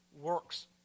works